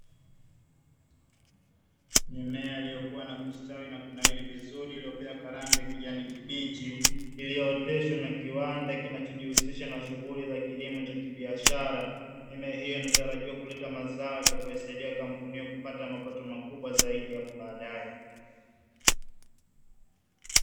Mimea iIiyokua na kustawi na kunawiri vizuri iliyopea kwa rangi ya kijani kibichi, iliyooteshwa na kiwanda kinachojihusisha na shughuli za kilimo cha kibiashara, mimea hiyo inatarajiwa kuleta mazao yatakayoisaidia kampuni hiyo kupata mapato makubwa zaidi hapo baadae.